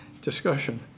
discussion